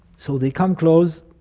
so they come close.